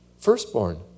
Firstborn